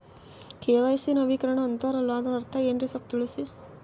KYC ನವೀಕರಣ ಅಂತಾರಲ್ಲ ಅದರ ಅರ್ಥ ಏನ್ರಿ ಸ್ವಲ್ಪ ತಿಳಸಿ?